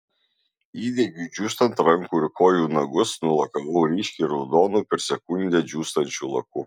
įdegiui džiūstant rankų ir kojų nagus nulakavau ryškiai raudonu per sekundę džiūstančių laku